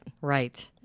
Right